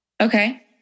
okay